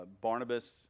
Barnabas